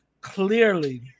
clearly